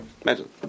Imagine